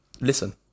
Listen